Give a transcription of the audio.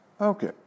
Okay